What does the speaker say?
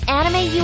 Anime